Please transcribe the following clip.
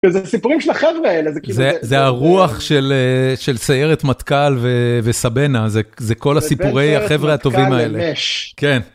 איזה סיפורים של החבר'ה האלה, זה כאילו... זה הרוח של סיירת מטכל וסבנה, זה כל הסיפורי החבר'ה הטובים האלה, כן.